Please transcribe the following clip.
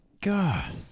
God